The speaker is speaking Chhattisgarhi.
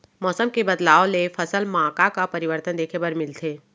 मौसम के बदलाव ले फसल मा का का परिवर्तन देखे बर मिलथे?